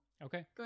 Okay